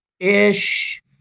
ish